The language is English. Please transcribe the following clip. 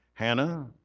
Hannah